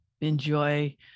enjoy